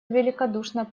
великодушно